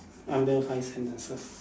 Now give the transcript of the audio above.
under five sentences